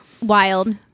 wild